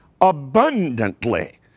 abundantly